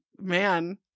man